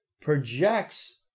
projects